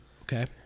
okay